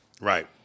Right